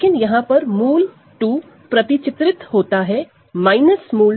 लेकिन यहां पर √2 मैप होता है √2